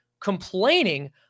Complaining